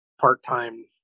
part-time